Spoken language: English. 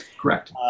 Correct